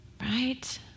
Right